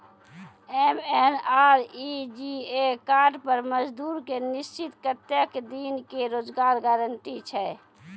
MNREGA card पर मजदुर के निश्चित कत्तेक दिन के रोजगार गारंटी छै?